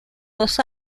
dos